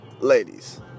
Ladies